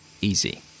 easy